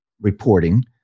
reporting